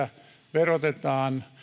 verotetaan